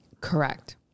Correct